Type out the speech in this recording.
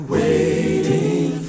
waiting